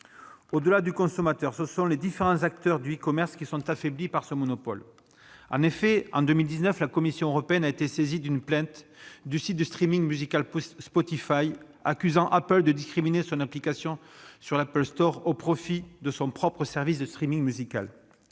Au-delà du consommateur, ce sont les différents acteurs du e-commerce qui sont affaiblis par ce monopole. En effet, en 2019, la Commission européenne a été saisie d'une plainte du site de musical Spotify, accusant Apple de discrimination à l'encontre de son application sur l'App Store au profit de son propre service de musical.